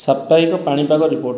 ସାପ୍ତାହିକ ପାଣିପାଗ ରିପୋର୍ଟ